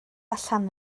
allan